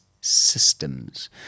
systems